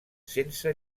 sense